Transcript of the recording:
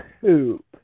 poop